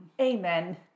Amen